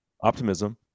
optimism